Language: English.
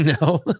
No